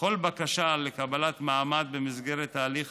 בכל בקשה לקבלת מעמד במסגרת ההליך